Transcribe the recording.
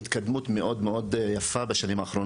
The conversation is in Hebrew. בעצם שיש התקדמות מאוד יפה מבחינה תרופתית בכל